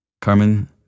Carmen